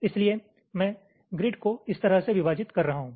इसलिए मैं ग्रिड को इस तरह से विभाजित कर रहा हूं